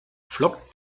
flockt